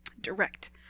direct